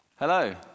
hello